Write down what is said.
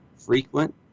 frequent